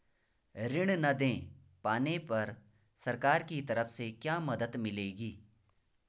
ऋण न दें पाने पर सरकार की तरफ से क्या मदद मिलेगी?